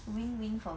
win win for me